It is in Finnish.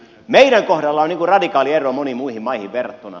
meidän kohdalla on radikaali ero moniin muihin maihin verrattuna